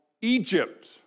Egypt